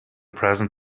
present